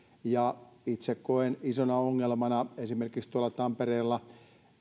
ja itse koen isona ongelmana esimerkiksi tampereella